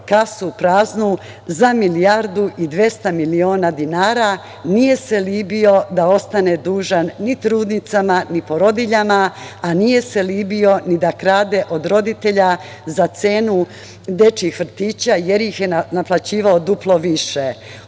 kasu praznu za milijardu i 200 miliona dinara. Nije se libio da ostane dužan ni trudnicama, ni porodiljama, a nije se libio ni da krade od roditelja za cenu dečijih vrtića, jer ih je naplaćivao duplo više. Od